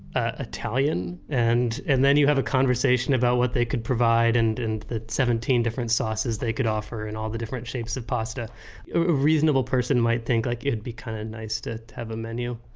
ah italian? and and then you have a conversation about what they could provide and and the seventeen different sauces they could offer and all the different shapes of pasta. a reasonable person might think like it would be kind of nice to have a menu